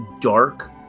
dark